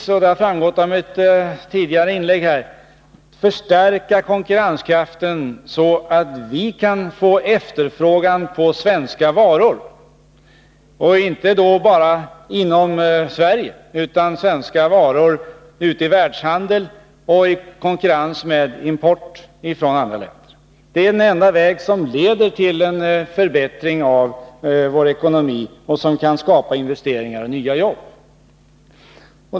Som framgått av mitt tidigare inlägg måste vi försöka stärka konkurrenskraften, så att det blir efterfrågan på svenska varor. Det gäller då inte bara efterfrågan inom Sverige utan efterfrågan på svenska varor inom världshandeln, i konkurrens med import från andra länder. Detta är den enda väg som leder till en förbättring av vår ekonomi och skapandet av investeringar och nya arbeten.